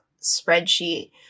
spreadsheet